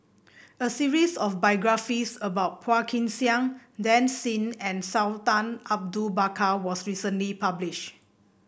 a series of biographies about Phua Kin Siang Dan Ying and Sultan Abu Bakar was recently published